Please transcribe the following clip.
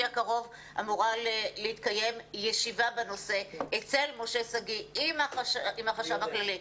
הקרוב אמורה להתקיים ישיבה בנושא אצל משה שגיא עם החשב הכללי,